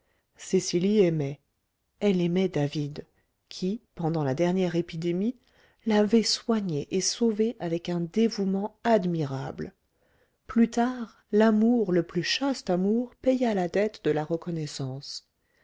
cecily aimait elle aimait david qui pendant la dernière épidémie l'avait soignée et sauvée avec un dévouement admirable plus tard l'amour le plus chaste amour paya la dette de la reconnaissance